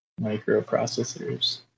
Microprocessors